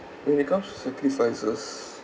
when it comes to sacrifices